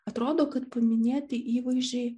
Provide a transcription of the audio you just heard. atrodo kad minėti įvaizdžiai